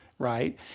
right